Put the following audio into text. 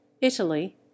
Italy